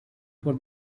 for